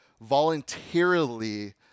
voluntarily